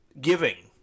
giving